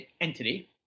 entity